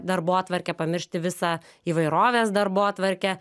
darbotvarkę pamiršti visą įvairovės darbotvarkę